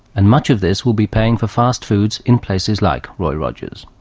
and much of this will be paying for fast foods in places like roy rogers.